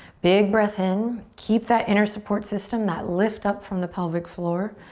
big breath in. keep that inner support system, that lift up from the pelvic floor.